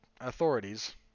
authorities